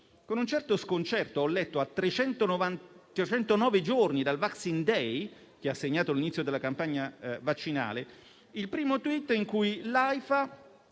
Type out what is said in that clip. Con un certo sconcerto ho letto, a trecentonove giorni dal *vaccine day* che ha segnato l'inizio della campagna vaccinale, il primo *tweet* in cui l'AIFA